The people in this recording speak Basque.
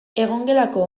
egongelako